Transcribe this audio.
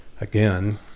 again